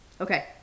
Okay